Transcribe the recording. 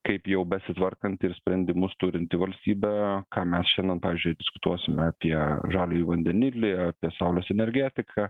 kaip jau besitvarkanti ir sprendimus turinti valstybė ką mes šiandien pavyzdžiui diskutuosime apie žaliąjį vandenilį apie saulės energetiką